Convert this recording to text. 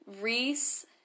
Reese